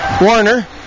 Warner